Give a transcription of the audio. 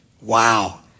Wow